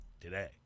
today